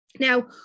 Now